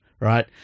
right